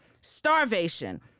starvation